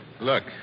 Look